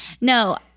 No